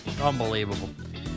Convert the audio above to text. unbelievable